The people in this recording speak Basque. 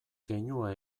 keinua